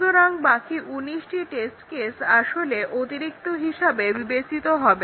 সুতরাং বাকি 19 টি টেস্ট কেস আসলে অতিরিক্ত হিসাবে বিবেচিত হবে